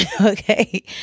Okay